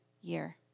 year